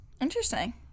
Interesting